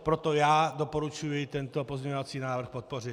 Proto já doporučuji tento pozměňovací návrh podpořit.